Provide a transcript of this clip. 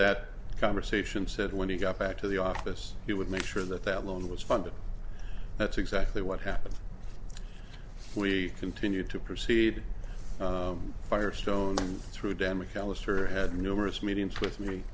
that conversation said when he got back to the office he would make sure that that loan was funded that's exactly what happened we continued to proceed firestone and through damage callous or had numerous meetings with me